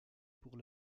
pour